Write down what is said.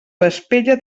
vespella